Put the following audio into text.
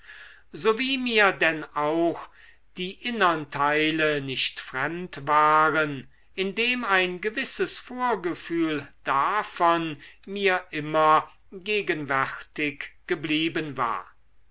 so wie mir denn auch die innern teile nicht fremd waren indem ein gewisses vorgefühl davon mir immer gegenwärtig geblieben war